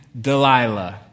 Delilah